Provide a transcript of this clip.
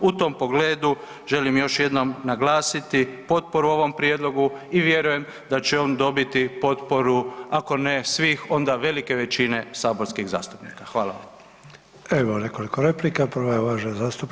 U tom pogledu želim još jednom naglasiti potporu ovom prijedlogu i vjerujem da će on dobit potporu, ako ne svih, onda velike većine saborskih zastupnika.